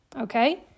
Okay